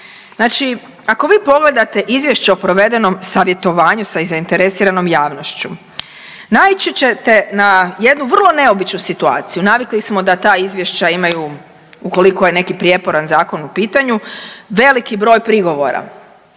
Znači, ako vi pogledate Izvješće o provedenom savjetovanju sa zainteresiranom javnošću naići ćete na jednu vrlo neobičnu situaciju. Navikli smo da ta izvješća imaju ukoliko je neki prijeporan zakon u pitanju veliki broj prigovora